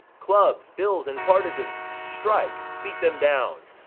clubs, bills, and partisans! strike! beat them down!